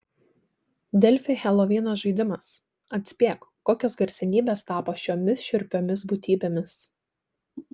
delfi helovino žaidimas atspėk kokios garsenybės tapo šiomis šiurpiomis būtybėmis